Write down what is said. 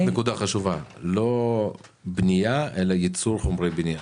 נקודה חשובה: לא בנייה אלא ייצור חומרי בניין.